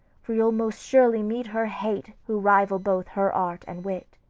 for you'll most surely meet her hate, who rival both her art and wit.